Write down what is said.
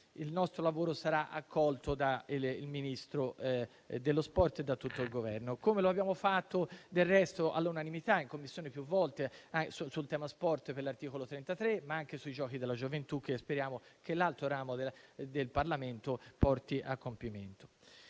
e sappiamo che sarà accolto dal Ministro dello sport e da tutto il Governo. Lo abbiamo fatto del resto all'unanimità in Commissione più volte sul tema dello sport per l'articolo 33, ma anche sui Giochi della gioventù, che speriamo l'altro ramo del Parlamento porti a compimento.